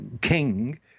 king